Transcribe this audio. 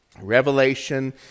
Revelation